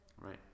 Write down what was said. Right